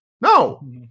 no